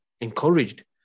encouraged